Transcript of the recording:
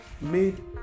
made